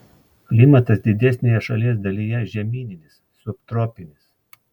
klimatas didesnėje šalies dalyje žemyninis subtropinis